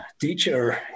teacher